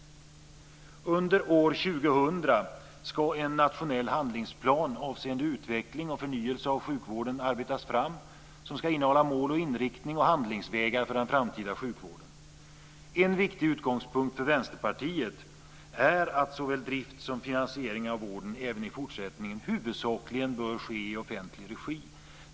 Under år 2000 ska en nationell handlingsplan avseende utveckling och förnyelse av sjukvården arbetas fram som ska innehålla mål, inriktning och handlingsvägar för den framtida sjukvården. En viktig utgångspunkt för Vänsterpartiet är att såväl drift som finansiering av vården även i fortsättningen huvudsakligen bör ske i offentlig regi.